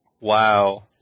Wow